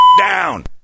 down